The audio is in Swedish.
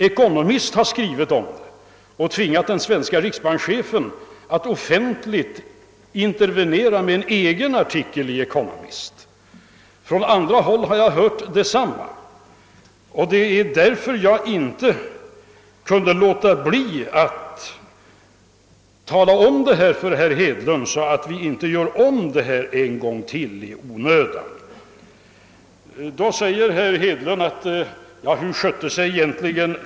Economist har skrivit om saken och tvingat den svenske riksbankschefen att offentligt intervenera med en egen artikel i tidskriften. Från andra håll har jag hört detsamma och det var därför jag inte kunde låta bli att omnämna förhållandet för herr Hedlund, så att det inte i onödan upprepas ännu en gång. Hur skötte finansminister Sträng sig egentligen, frågade herr Hedlund.